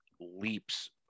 leaps